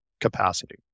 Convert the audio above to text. capacity